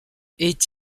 est